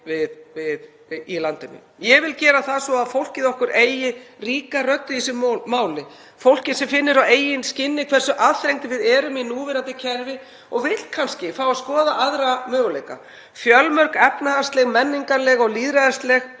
í landinu. Ég vil gera það svo að fólkið okkar eigi ríka rödd í þessu máli, fólkið sem finnur á eigin skinni hversu aðþrengd við erum í núverandi kerfi og vill kannski fá að skoða aðra möguleika. Fjölmörg efnahagsleg, menningarleg, lýðræðisleg